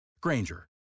Granger